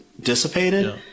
dissipated